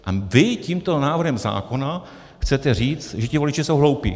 A vy tímto návrhem zákona chcete říct, že ti voliči jsou hloupí.